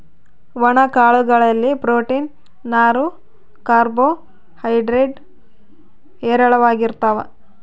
ಒಣ ಕಾಳು ಗಳಲ್ಲಿ ಪ್ರೋಟೀನ್ಸ್, ನಾರು, ಕಾರ್ಬೋ ಹೈಡ್ರೇಡ್ ಹೇರಳವಾಗಿರ್ತಾವ